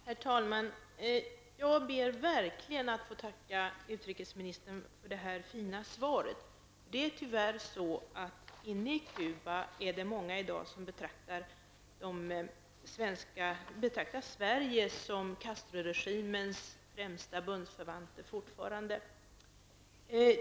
Herr talman! Jag ber verkligen att få tacka utrikesministern för det fina svaret. I Cuba är det tyvärr många i dag som fortfarande betraktar Sverige som Castroregimens främsta bundsförvanter.